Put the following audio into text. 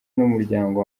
n’umuryango